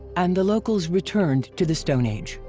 and the locals returned to the stone age.